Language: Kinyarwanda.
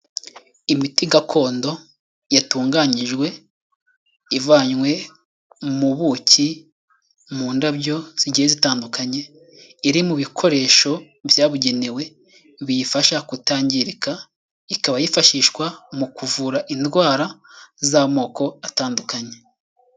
Imiti gakondo yatunganyijwe ivanywe mu buki ,mu ndabyo zigiye zitandukanye ,iri mu bikoresho byabugenewe, biyifasha kutangirika ,ikaba yifashishwa mu kuvura indwara z'amoko atandukanye.